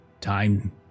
Time